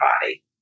body